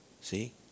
See